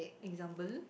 example